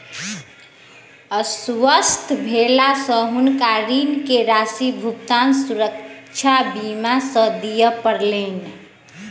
अस्वस्थ भेला से हुनका ऋण के राशि भुगतान सुरक्षा बीमा से दिय पड़लैन